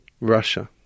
Russia